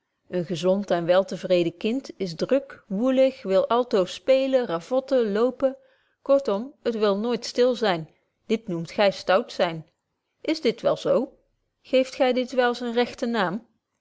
een gezond en wel te vreden kind is druk woelig wil altoos spelen ravotten lopen kortom het betje wolff proeve over de opvoeding wil nooit stil zyn dit noemt gy stout zyn is dit wel zo geeft gy dit wel zynen rechten naam